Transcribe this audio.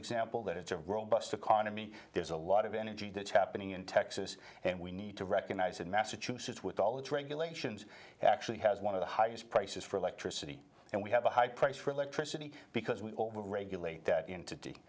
example that it's a robust economy there's a lot of energy that's happening in texas and we need to recognize that massachusetts with all its regulations actually has one of the highest prices for electricity and we have a high price for electricity because we overregulate that int